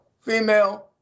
female